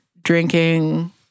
drinking